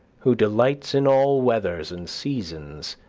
who delights in all weathers and seasons,